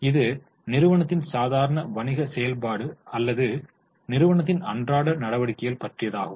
இது நிறுவனத்தின் சாதாரண வணிக செயல்பாடு அல்லது நிறுவனத்தின் அன்றாட நடவடிக்கைகள் பற்றியதாகும்